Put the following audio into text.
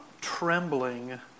trembling